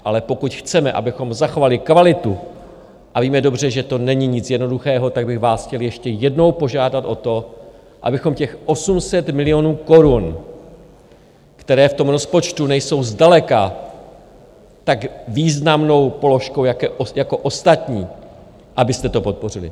Ale pokud chceme, abychom zachovali kvalitu, a víme dobře, že to není nic jednoduchého, tak bych vás chtěl ještě jednou požádat o to, abychom těch 800 milionů korun, které v tom rozpočtu nejsou zdaleka tak významnou položkou jako ostatní, abyste to podpořili.